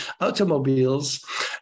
automobiles